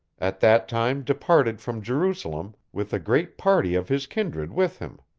at that time departed from jerusalem with a great party of his kindred with him.